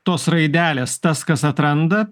tos raidelės tas kas atranda